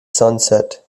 sunset